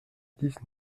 dix